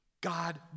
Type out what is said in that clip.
God